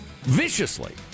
viciously